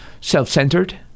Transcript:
self-centered